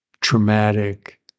traumatic